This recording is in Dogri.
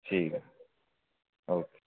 ठीक ऐ आओ